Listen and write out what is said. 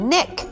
Nick